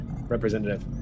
representative